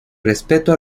respeto